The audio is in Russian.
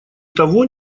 того